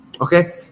Okay